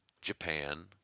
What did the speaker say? Japan